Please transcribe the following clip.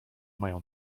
mają